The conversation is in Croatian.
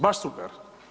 Baš super.